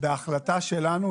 בהחלטה שלנו,